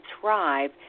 thrive